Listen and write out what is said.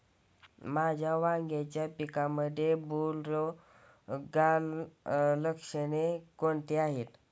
माझ्या वांग्याच्या पिकामध्ये बुरोगाल लक्षणे कोणती आहेत?